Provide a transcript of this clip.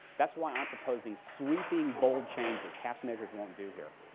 that's why i'm proposing sweeping, bold changes. half measures won't do here.